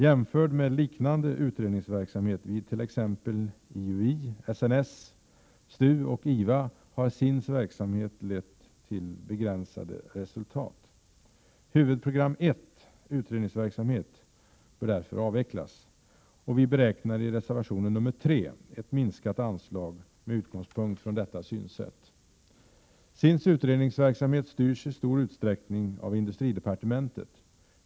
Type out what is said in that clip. Jämfört med liknande utredningsverksamhet vid t.ex. IUI, SNS, STU och IVA har SIND:s verksamhet lett till begränsade resultat. Huvudprogram 1, utred ningsverksamhet, bör därför avvecklas. Vi beräknar i reservation nr 3 ett minskat anslag med utgångspunkt i detta synsätt. SIND:s utredningsverksamhet styrs i stor utsträckning av industridepartementet.